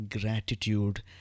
gratitude